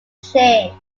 change